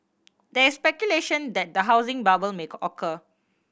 there is speculation that the housing bubble make occur